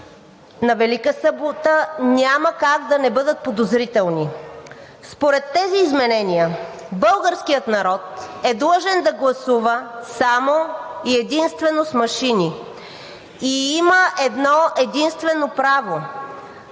издаден на Велика събота, няма как да не бъдат подозрителни. Според тези изменения българският народ е длъжен да гласува само и единствено с машини. И има едно-единствено право –